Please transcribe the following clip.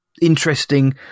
interesting